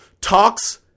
talks